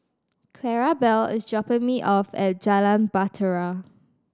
Clarabelle is dropping me off at Jalan Bahtera